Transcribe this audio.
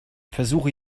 versuche